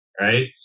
right